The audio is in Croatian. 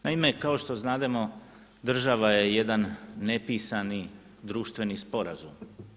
Naime, kao što znademo, država je jedan nepisani društveni sporazum.